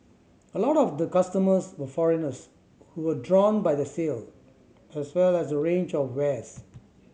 a lot of the customers were foreigners who were drawn by the sale as well as the range of wares